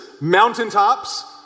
mountaintops